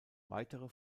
weitere